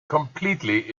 completely